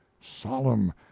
solemn